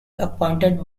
appointed